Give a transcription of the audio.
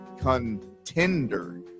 contender